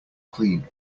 clean